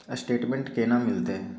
Statement केना मिलते?